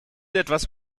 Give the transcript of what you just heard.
etwas